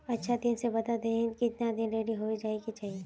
अच्छा से बता देतहिन की कीतना दिन रेडी होबे जाय के चही?